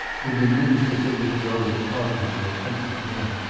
with the news that they were to go with a party to a country inn.